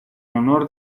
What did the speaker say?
honor